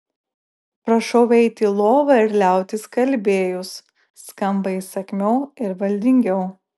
prašau eiti į lovą ir liautis kalbėjus skamba įsakmiau ir valdingiau